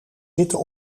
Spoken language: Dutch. zitten